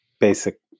basic